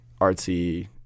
artsy